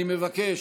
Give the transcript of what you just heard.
אני מבקש.